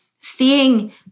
seeing